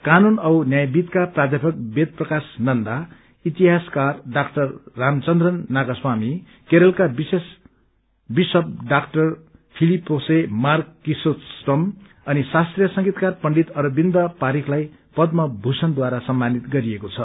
कानून औ न्यायविदुका प्रध्यापक वेद प्रकाश नन्दा इतिहासकार डाक्टर रामचन्त्रन नागास्वामी केरलका विशप डा फिलिपेसे मार क्रिसोस्टम अनि शास्त्रीय संगीतकार पण्डित अरविन्द पारिखलाई पद्म भूषणद्वारा सम्मानित गरिइएको छ